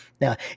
Now